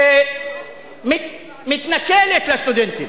שמתנכלת לסטודנטים,